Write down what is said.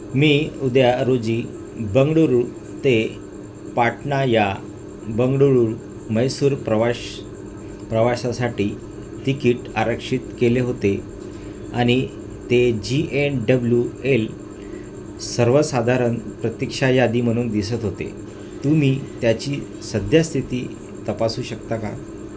मी उद्या रोजी बंगळुरू ते पाटणा या बंगळुरू म्हैसूर प्रवास प्रवासासाठी तिकीट आरक्षित केले होते आणि ते जी एन डब्ल्यू एल सर्वसाधारण प्रतिक्षा यादी म्हणून दिसत होते तुम्ही त्याची सद्यस्थिती तपासू शकता का